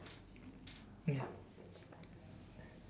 ya